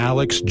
Alex